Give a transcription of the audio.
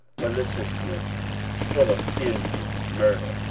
maliciousness full of envy, murder,